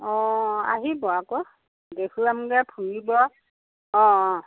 অঁ আহিব আকৌ দেখুৱামগৈ ফুৰিব অঁ অঁ